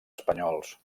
espanyols